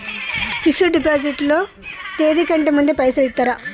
Fix డ్ deposit లో తేది కంటే ముందే పైసలు ఇత్తరా?